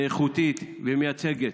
איכותית ומייצגת.